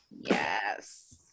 Yes